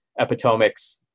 epitomics